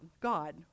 God